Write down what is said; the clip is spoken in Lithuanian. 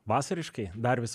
vasariškai dar vis